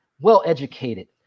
well-educated